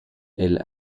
elle